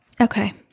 Okay